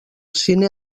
cine